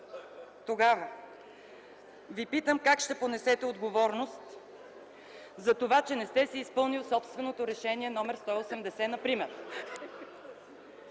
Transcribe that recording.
Тогава Ви питам: как ще понесете отговорност за това, че не сте изпълнили собственото си Решение № 180? Да,